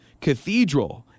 Cathedral